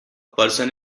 person